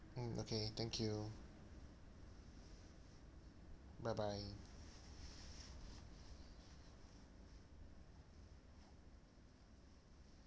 mm okay thank you bye bye